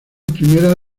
primera